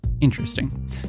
interesting